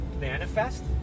Manifest